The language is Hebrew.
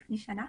לפני שנה.